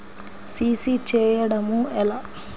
CC చేయడము ఎలా?